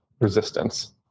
resistance